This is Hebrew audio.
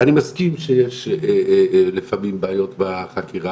אני מסכים שיש לפעמים בעיות בחקירה,